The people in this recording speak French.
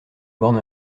borne